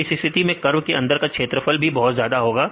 तो इस स्थिति में कर्व के अंदर का क्षेत्रफल बहुत ज्यादा होगा